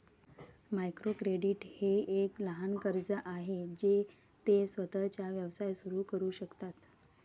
micro credit हे एक लहान कर्ज आहे जे ते स्वतःचा व्यवसाय सुरू करू शकतात